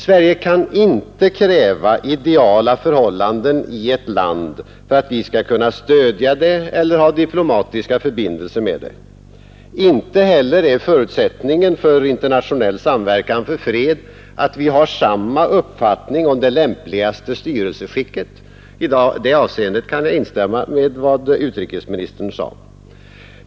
Sverige kan inte kräva ideala förhållanden i ett land för att stödja det eller ha diplomatiska förbindelser med det. Inte heller är förutsättningen för internationell samverkan för fred att vi har samma uppfattning om det lämpligaste styrelseskicket. I det avseendet kan jag instämma i vad utrikesministern sade.